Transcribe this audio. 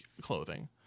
clothing